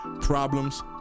problems